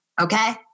Okay